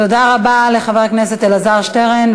תודה רבה לחבר הכנסת אלעזר שטרן.